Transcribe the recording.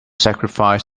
sacrifice